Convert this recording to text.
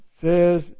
says